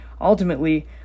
ultimately